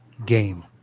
Game